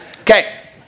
Okay